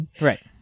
Right